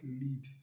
lead